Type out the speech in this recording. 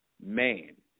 man